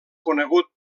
conegut